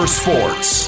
sports